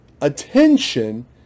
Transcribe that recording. attention